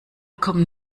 kommen